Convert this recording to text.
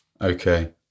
Okay